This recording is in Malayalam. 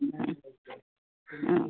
പിന്നെ ആ